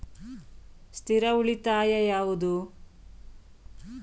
ಸ್ಥಿರ ಉಳಿತಾಯ ಯಾವುದು?